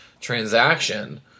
transaction